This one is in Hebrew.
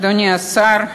אדוני השר,